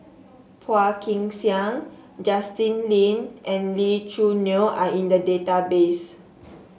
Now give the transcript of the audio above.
Phua Kin Siang Justin Lean and Lee Choo Neo are in the database